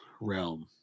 realm